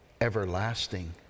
everlasting